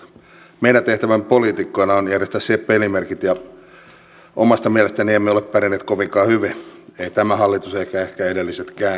meidän tehtävämme poliitikkoina on järjestää siihen pelimerkit ja omasta mielestäni emme ole pärjänneet kovinkaan hyvin ei tämä hallitus eivätkä ehkä edellisetkään